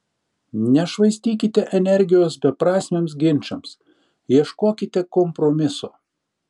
nešvaistykite energijos beprasmiams ginčams ieškokite kompromiso